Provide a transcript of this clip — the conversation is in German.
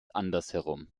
andersherum